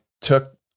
took